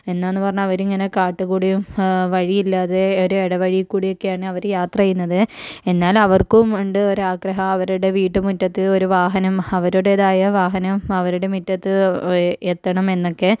എന്താന്ന് പറഞ്ഞാൽ അവരിങ്ങനെ കാട്ടിൽ കൂടെയും വഴിയില്ലാതെ ഒര് ഇടവഴി കൂടെയൊക്കെയാണ് അവര് യാത്ര ചെയ്യുന്നത് എന്നാല് അവർക്കും ഉണ്ട് ഒരാഗ്രഹം അവരുടെ വീട്ടുമുറ്റത്ത് ഒരു വാഹനം അവരുടേതായ വാഹനം അവരുടെ മിറ്റത്ത് വെ എത്തണം എന്നൊക്കെ